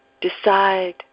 decide